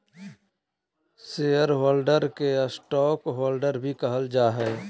share holder के stockholder भी कहल जा हइ